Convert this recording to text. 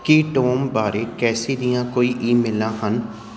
ਕੀ Tom ਬਾਰੇ Casey ਦੀਆਂ ਕੋਈ ਈਮੇਲਾਂ ਹਨ